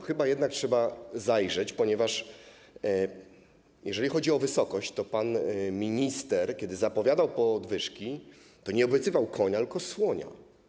Chyba jednak trzeba zajrzeć, ponieważ jeżeli chodzi o wysokość, to pan minister, kiedy zapowiadał podwyżki, nie obiecywał konia, tylko słonia.